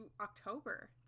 October